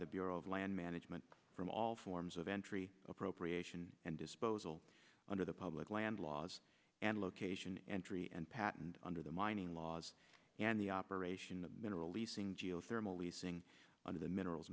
the bureau of land management from all forms of entry appropriation and disposal under the public land laws and location entry and patent under the mining laws and the operation of mineral leasing geothermal leasing under the minerals